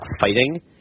fighting